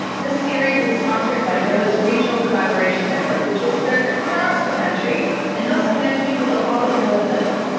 this series is sponsored by noaa's regional collaboration network, which has spread across the country and helps connect people to all that noaa does.